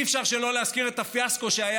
אי-אפשר שלא להזכיר את הפיאסקו שהיה